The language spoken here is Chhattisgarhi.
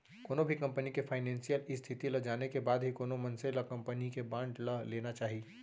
कोनो भी कंपनी के फानेसियल इस्थिति ल जाने के बाद ही कोनो मनसे ल कंपनी के बांड ल लेना चाही